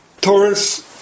Taurus